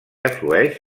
aflueix